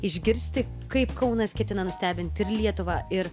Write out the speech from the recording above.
išgirsti kaip kaunas ketina nustebint ir lietuvą ir